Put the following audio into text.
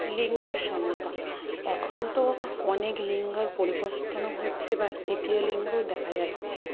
লিঙ্গ সমতা এখন তো অনেক লিঙ্গর পরিবর্তনও হচ্ছে বা তৃতীয় লিঙ্গও দেখা যাচ্ছে